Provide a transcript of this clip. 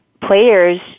players